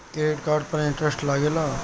Credit card पर interest लागेला?